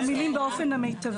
למילים "באופן המיטבי".